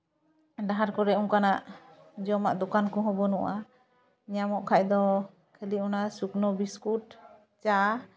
ᱰᱟᱦᱟᱨ ᱠᱚᱨᱮ ᱚᱱᱠᱟᱱᱟᱜ ᱡᱚᱢᱟᱜ ᱫᱚᱠᱟᱱ ᱠᱚᱦᱚᱸ ᱵᱟᱹᱱᱩᱜᱼᱟ ᱧᱟᱢᱚᱜ ᱠᱷᱟᱡ ᱫᱚ ᱠᱷᱟᱹᱞᱤ ᱚᱱᱟ ᱥᱩᱠᱱᱚ ᱵᱤᱥᱠᱩᱴ ᱪᱟ